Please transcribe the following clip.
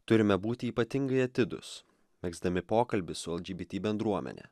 turime būti ypatingai atidūs megzdami pokalbį su lgbt bendruomene